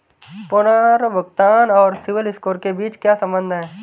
पुनर्भुगतान और सिबिल स्कोर के बीच क्या संबंध है?